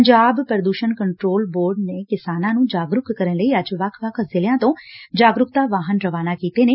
ਪੰਜਾਬ ਪੁਦੁਸ਼ਣ control board ਨੇ ਕਿਸਾਨਾਂ ਨੂੰ ਜਾਗਰੁਕ ਕਰਨ ਲਈ ਅੱਜ ਵੱਖ ਵੱਖ ਜ਼ਿਲਿਆਂ ਤੋਂ ਜਾਗਰੁਕਤਾ ਵਾਹਨ ਰਵਾਨਾ ਕੀਤੇ ਨੇ